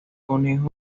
conejo